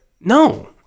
no